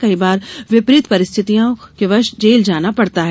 कई बार विपरीत परिस्थितियों वश जेल जाना पड़ता है